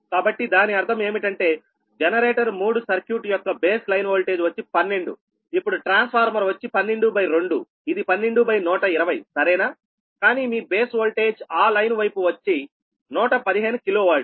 కాబట్టి దాని అర్థం ఏమిటంటే జనరేటర్ 3 సర్క్యూట్ యొక్క బేస్ లైన్ వోల్టేజ్ వచ్చి 12ఇప్పుడు ట్రాన్స్ఫార్మర్ వచ్చి 122ఇది 12120సరేనాకానీ మీ బేస్ ఓల్టేజ్ ఆ లైన్ వైపు వచ్చి 115 KV